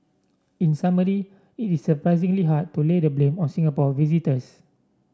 in summary it is surprisingly hard to lay the blame on Singapore visitors